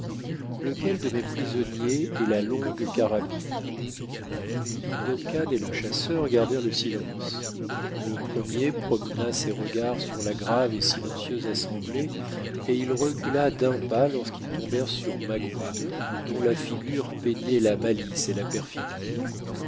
lequel de mes prisonniers est la longue carabine duncan et le chasseur gardèrent le silence le premier promena ses regards sur la grave et silencieuse assemblée et il recula d'un pas lorsqu'ils tombèrent sur magua dont la figure peignait la malice et la perfidie